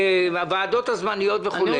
הוועדות הזמניות וכו',